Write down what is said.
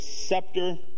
scepter